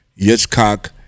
Yitzchak